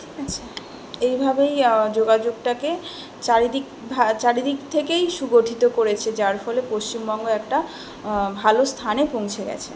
ঠিক আছে এইভাবেই যোগাযোগটাকে চারিদিক ভা চারিদিক থেকেই সুগঠিত করেছে যার ফলে পশ্চিমবঙ্গ একটা ভালো স্থানে পৌঁছে গেছে